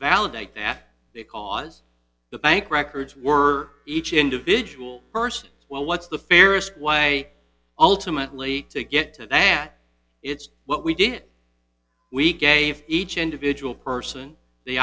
validate that because the bank records were each individual person well what's the fairest way ultimately to get to that it's what we did we gave each individual person the